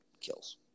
kills